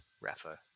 Rafa